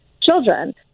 children